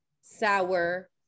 sour